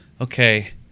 okay